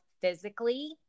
physically